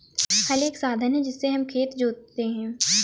हल एक साधन है जिससे हम खेत जोतते है